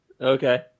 Okay